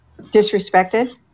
Disrespected